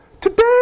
today